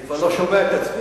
אני כבר לא שומע את עצמי.